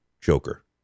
Joker